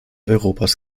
europas